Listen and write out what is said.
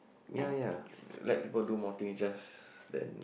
ya ya let people do more things just than